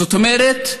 זאת אומרת,